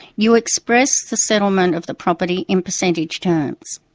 you express the settlement of the property in percentage terms.